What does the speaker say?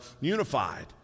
unified